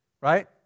right